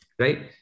Right